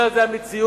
אומרת את זה המציאות.